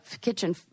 kitchen –